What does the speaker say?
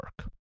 work